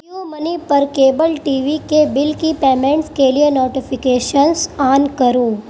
Jio money پر cable T V کے bill کی پیمنٹس کے لیے نوٹیفیکیشنس آن کرو